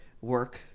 work